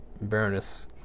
Baroness